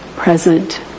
Present